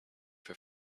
for